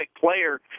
player